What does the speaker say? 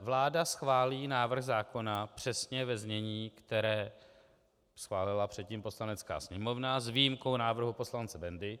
Vláda schválí návrh zákona přesně ve znění, které schválila předtím Poslanecká sněmovna, s výjimkou návrhu poslance Bendy.